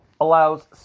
allows